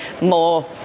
more